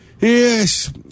Yes